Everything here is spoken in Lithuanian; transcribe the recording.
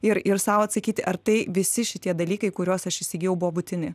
ir ir sau atsakyti ar tai visi šitie dalykai kuriuos aš įsigijau buvo būtini